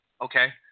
Okay